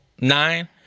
nine